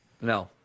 no